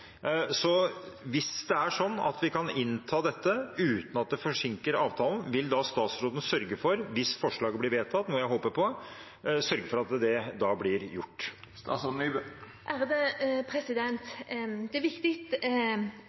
kan innta dette uten at det forsinker avtalen, vil statsråden – hvis forslaget blir vedtatt, noe jeg håper på – sørge for at det da blir gjort? Det er viktig at Stortinget også er